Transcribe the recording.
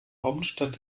hauptstadt